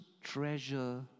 treasure